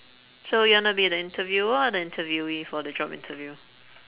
so you wanna be the interviewer or interviewee for the job interview